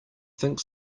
think